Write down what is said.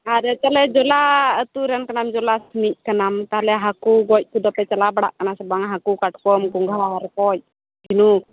ᱟᱨ ᱛᱟᱦᱚᱞᱮ ᱡᱚᱞᱟ ᱟᱹᱛᱩ ᱨᱮᱱ ᱠᱟᱱᱟᱢ ᱡᱚᱞᱟ ᱥᱮᱱᱤᱡ ᱠᱟᱱᱟᱢ ᱛᱟᱦᱚᱞᱮ ᱦᱟᱠᱩ ᱜᱚᱡ ᱠᱚᱫᱚᱯᱮ ᱪᱟᱞᱟᱣ ᱵᱟᱲᱟᱜ ᱠᱟᱱᱟ ᱥᱮ ᱵᱟᱝ ᱦᱟᱠᱩ ᱠᱟᱴᱠᱚᱢ ᱜᱚᱸᱜᱷᱟ ᱨᱚᱠᱚᱡ ᱡᱷᱤᱱᱩᱠ